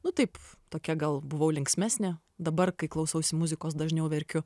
nu taip tokia gal buvau linksmesnė dabar kai klausausi muzikos dažniau verkiu